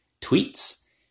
tweets